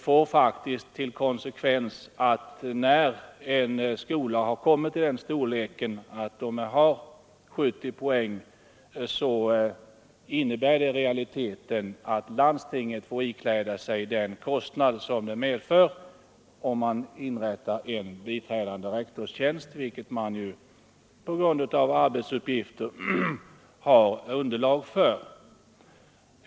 Det förhållandet att statsbidraget för sjuksköterskedelen i det fallet är inbakat i ett schablonbidrag får i praktiken till följd att landstingen — när en skola kommit upp i den storleken att den sammanlagt har 70 poäng — får stå för den kostnad som inrättandet av en biträdande rektorstjänst medför.